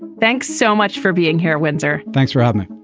thanks so much for being here, windsor. thanks for having me.